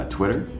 Twitter